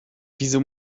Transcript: wieso